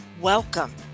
Welcome